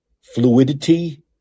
fluidity